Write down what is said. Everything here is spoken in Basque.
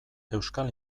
euskal